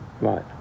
Right